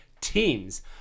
teams